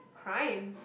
prime